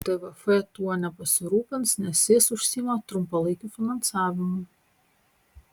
tvf tuo nepasirūpins nes jis užsiima trumpalaikiu finansavimu